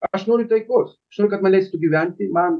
aš noriu taikos aš noriu kad man leistų gyventi man